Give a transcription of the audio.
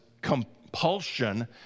compulsion